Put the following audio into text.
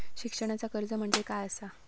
शिक्षणाचा कर्ज म्हणजे काय असा?